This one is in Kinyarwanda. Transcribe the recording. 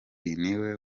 niwe